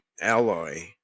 alloy